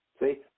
See